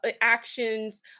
actions